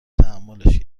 تحملش